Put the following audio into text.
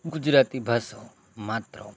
ગુજરાતી ભાષા માત્ર